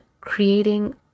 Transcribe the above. creating